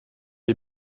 est